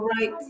right